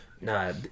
nah